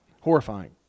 Horrifying